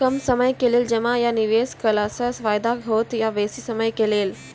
कम समय के लेल जमा या निवेश केलासॅ फायदा हेते या बेसी समय के लेल?